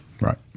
right